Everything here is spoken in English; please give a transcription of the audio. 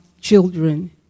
children